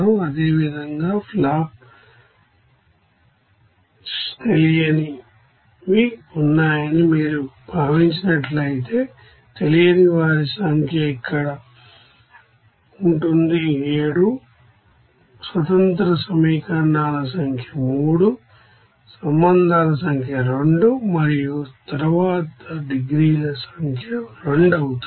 అదేవిధంగా ఫ్లాష్ తెలియనివి ఉన్నాయని మీరు భావించినట్లయితే తెలియని వారి సంఖ్య ఇక్కడ ఉంటుంది 7 ఇండిపెండెంట్ ఈక్వేషన్స్ సంఖ్య 3 నెంబర్ అఫ్ రిలేషన్స్ సంఖ్య 2 మరియు తరువాత డిగ్రీల సంఖ్య 2 అవుతుంది